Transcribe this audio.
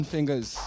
fingers